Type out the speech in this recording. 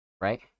Right